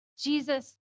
Jesus